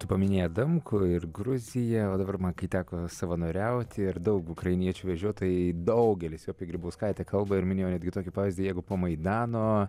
tu paminėjai adamkų ir gruziją o dabar man kai teko savanoriauti ir daug ukrainiečių vežiot tai daugelis jų apie grybauskaitę kalba ir minėjo netgi tokį pavyzdį jeigu po maidano